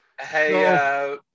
Hey